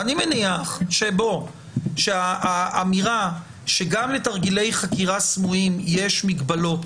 אני מניח שהאמירה שגם לתרגילי חקירה סמויים יש מגבלות,